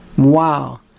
Wow